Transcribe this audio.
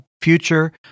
future